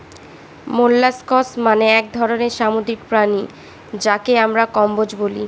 molluscs মানে এক ধরনের সামুদ্রিক প্রাণী যাকে আমরা কম্বোজ বলি